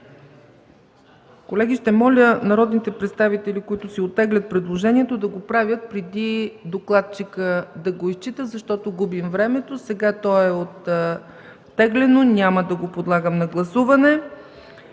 Колеги, ще моля народните представители, които си оттеглят предложението, да го правят, преди докладчикът да го изчита, защото губим времето. Сега то е оттеглено – няма да го подлагам на гласуване.